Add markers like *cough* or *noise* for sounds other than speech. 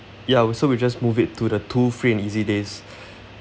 ya we so we just move it to the two free and easy days *breath*